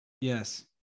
Yes